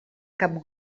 cap